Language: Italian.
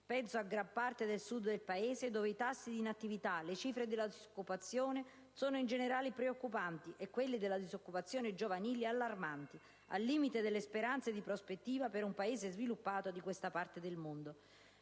Penso a gran parte del Sud del Paese, dove i tassi di inattività e le cifre della disoccupazione sono in generale preoccupanti e quelli della disoccupazione giovanile allarmanti al limite delle speranze di prospettiva per un Paese sviluppato di questa parte del mondo.